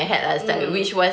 mm